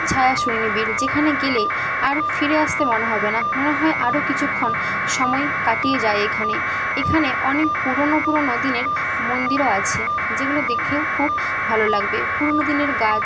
ছায়া সুনিবিড় যেখানে গেলে আর ফিরে আসতে মন হবে না মনে হয় আরো কিছুক্ষণ সময় কাটিয়ে যাই এখানে এখানে অনেক পুরনো পুরনো দিনের মন্দিরও আছে যেগুলো দেখেও খুব ভালো লাগবে পুরনো দিনের গাছ